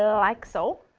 so like so.